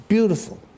Beautiful